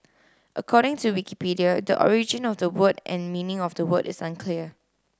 according to Wikipedia the origin of the word and meaning of the word is unclear